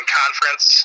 conference